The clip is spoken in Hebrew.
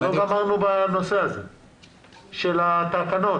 אבל עוד לא גמרנו בנושא הזה של התקנות,